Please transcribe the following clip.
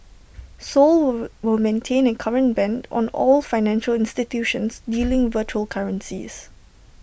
Seoul will maintain A current ban on all financial institutions dealing virtual currencies